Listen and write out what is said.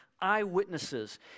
eyewitnesses